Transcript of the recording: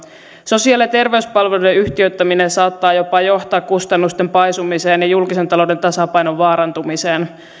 sosiaali ja terveyspalveluiden yhtiöittäminen saattaa johtaa jopa kustannusten paisumiseen ja julkisen talouden tasapainon vaarantumiseen